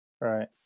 Right